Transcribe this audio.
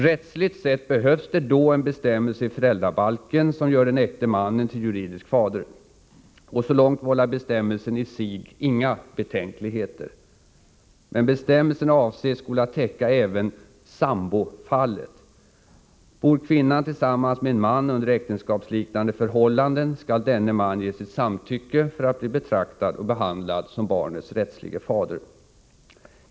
Rättsligt sätt behövs då en bestämmelse i föräldrabalken, som gör den äkta mannen till juridisk fader. Och så långt vållar bestämmelsen i sig inga betänkligheter. Men bestämmelsen avses skola täcka även sambo-fallet. Bor kvinnan tillsammans med en man under äktenskapsliknande förhållande, skall denne man ge sitt samtycke för att bli betraktad och behandlad som barnets rättslige fader.